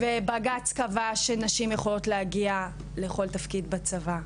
ובג"ץ קבע שנשים יכולות להגיע לכל תפקיד בצבא.